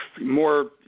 More